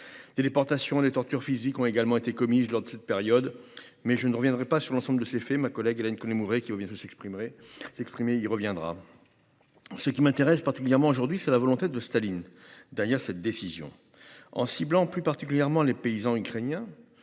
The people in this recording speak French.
Des déportations des tortures physiques ont également été commises lors de cette période mais je ne reviendrai pas sur l'ensemble de ces faits ma collègue Hélène commémorer qui va bientôt s'exprimerait s'exprimer il reviendra. Ce qui m'intéresse particulièrement aujourd'hui c'est la volonté de Staline derrière cette décision en ciblant plus particulièrement les paysans ukrainiens